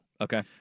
Okay